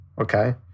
Okay